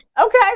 Okay